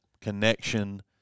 connection